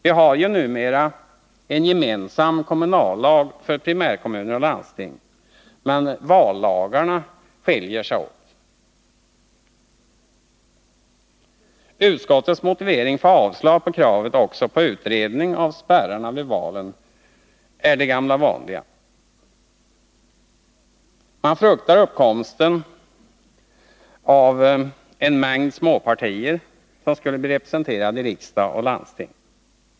Vi har ju numera en gemensam kommunallag för primärkommuner och landsting, men vallagarna skiljer sig. Utskottets motivering för att avstyrka kravet på en utredning av spärrarna vid valen är den gamla vanliga. Man fruktar uppkomsten av en mängd småpartier som skulle bli representerade i riksdag och landsting.